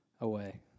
away